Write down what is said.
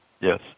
yes